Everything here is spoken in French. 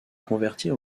convertir